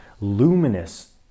luminous